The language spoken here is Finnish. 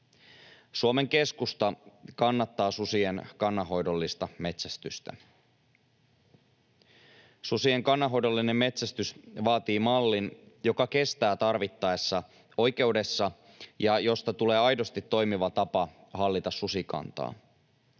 Suomen Keskusta kannattaa susien kannanhoidollista metsästystä. Susien kannanhoidollinen metsästys vaatii mallin, joka kestää tarvittaessa oikeudessa ja josta tulee aidosti toimiva tapa hallita susikantaa.